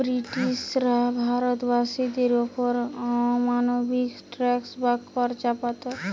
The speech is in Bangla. ব্রিটিশরা ভারতবাসীদের ওপর অমানবিক ট্যাক্স বা কর চাপাত